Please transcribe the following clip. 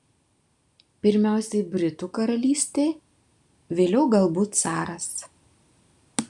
pirmiausia britų karalystė vėliau galbūt caras